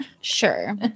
Sure